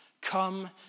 Come